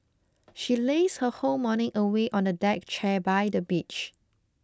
she lazed her whole morning away on a deck chair by the beach